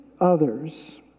others